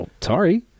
Sorry